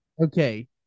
Okay